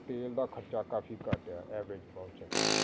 ਤੇਲ ਦਾ ਖਰਚਾ ਕਾਫੀ ਘੱਟ ਆ ਐਵਰੇਜ ਬਹੁਤ ਚੰਗੀ ਆ